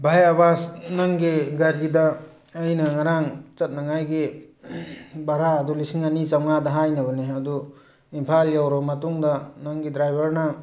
ꯕꯥꯏ ꯑꯕꯥꯁ ꯅꯪꯒꯤ ꯒꯥꯔꯤꯗ ꯑꯩꯅ ꯉꯔꯥꯡ ꯆꯠꯅꯤꯉꯥꯏꯒꯤ ꯚꯔꯥ ꯑꯗꯨ ꯂꯤꯁꯤꯡ ꯑꯅꯤ ꯆꯥꯝꯃꯉꯥꯗ ꯍꯥꯏꯅꯕꯅꯦ ꯑꯗꯨ ꯏꯝꯐꯥꯜ ꯌꯧꯔꯕ ꯃꯇꯨꯡꯗ ꯅꯪꯒꯤ ꯗꯔꯥꯏꯕꯔꯅ